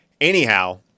Anyhow